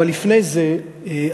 לפני זה,